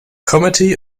committee